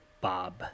Bob